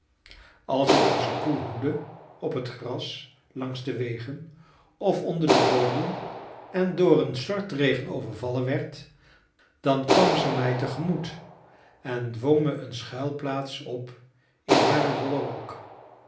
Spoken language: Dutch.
als ik onze koe hoedde op het gras langs de wegen of onder de boomen en door een stortregen overvallen werd dan kwam ze mij tegemoet en dwong me een schuilplaats op in haar wollen rok